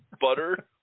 butter